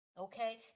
okay